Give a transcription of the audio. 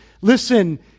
listen